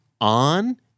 on